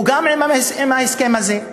גם הוא עם ההסכם הזה.